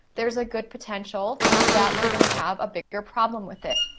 there's a good potential that we're gonna have a bigger problem with it.